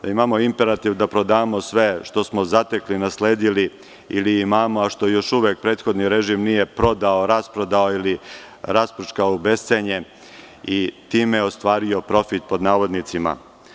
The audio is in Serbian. Imamo imperativ da prodamo sve što smo zatekli, nasledili ili imamo, a što još uvek prethodni režim nije prodao, rasprodao ili rasprčkao u bescenje i time ostvario profit, pod navodnicima.